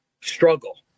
struggle